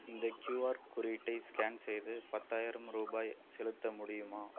இந்த க்யூஆர் குறியீட்டை ஸ்கேன் செய்து பத்தாயிரம் ரூபாய் செலுத்த முடியுமா